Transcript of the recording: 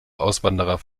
auswanderer